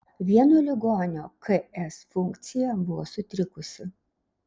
vieno ligonio ks funkcija buvo sutrikusi